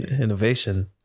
innovation